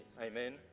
Amen